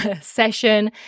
session